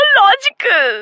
logical